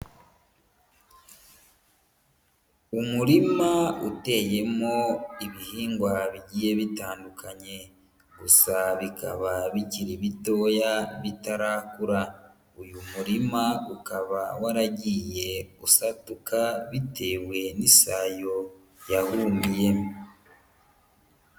Umurima uteyemo ibihingwa bigiye bitandukanye, gusa bikaba bikiri bitoya bitarakura, uyu murima ukaba waragiye usaduka bitewe n'isayo yawumiyemo.